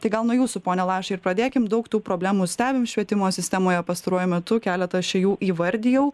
tai gal nuo jūsų pone lašai ir pradėkim daug tų problemų stebim švietimo sistemoje pastaruoju metu keletą aš čia jų įvardijau